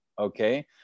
okay